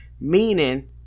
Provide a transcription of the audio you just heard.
Meaning